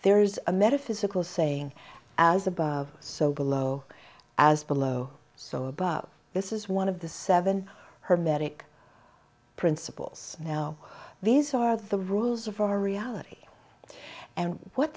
there's a metaphysical saying as above so below as below so about this is one of the seven hermetic principles now these are the rules of our reality and what